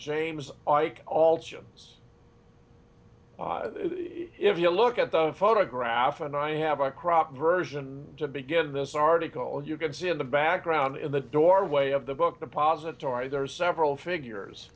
james ike all jim's if you look at the photograph and i have a crop version to begin this article you can see in the background in the doorway of the book depository there are several figures